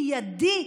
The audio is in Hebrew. מיידי,